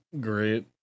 great